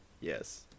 yes